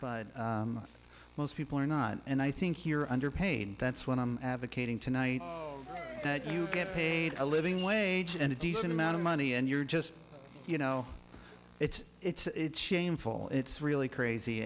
but most people are not and i think you're underpaid that's what i'm advocating tonight that you get paid a living wage and a decent amount of money and you're just you know it's it's shameful it's really crazy